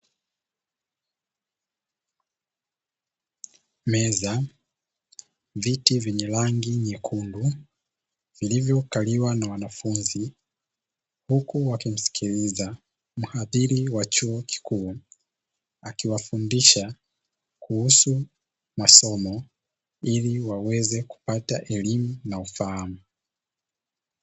Meza, viti vyenye rangi nyekundu vilivokaliwa na wanfunzi. Huku wakimsikiliza mhadhiri wa chuo kikuu, akiwafundisha kuhusu masomo ili waweze kupata elimu na ufahamu.